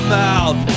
mouth